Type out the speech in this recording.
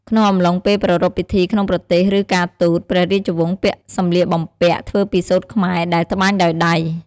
ក្នុងអំឡុងពេលប្រារព្ធពិធីក្នុងប្រទេស ឬ ការទូត ព្រះរាជវង្សពាក់សម្លៀកបំពាក់ធ្វើពីសូត្រខ្មែរ ដែលត្បាញដោយដៃ។